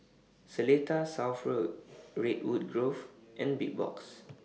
Seletar South Road Redwood Grove and Big Box